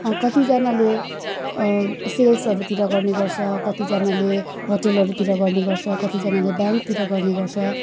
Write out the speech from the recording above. कतिजनाले सेल्सहरूतिर गर्ने गर्छ कतिजनाले होटलहरूतिर गर्ने गर्छ कतिजनाले ब्याङ्कतिर गर्ने गर्छ